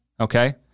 Okay